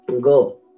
go